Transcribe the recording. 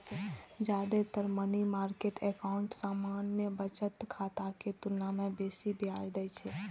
जादेतर money market account सामान्य बचत खाता के तुलना मे बेसी ब्याज दै छै